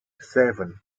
seven